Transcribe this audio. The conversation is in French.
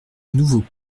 nouveau